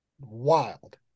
Wild